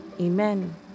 Amen